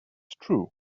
true